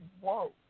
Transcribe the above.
whoa